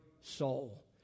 soul